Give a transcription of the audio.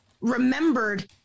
remembered